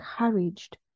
encouraged